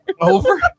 over